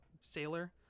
sailor